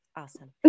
Awesome